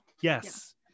Yes